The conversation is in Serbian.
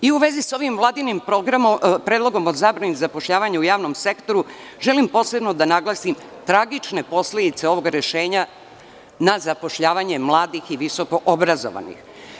U vezi sa ovim vladinim predlogom o zabrani zapošljavanja u javnom sektoru, želim posebno da naglasim tragične posledice ovog rešenja na zapošljavanje mladih i visokoobrazovanih.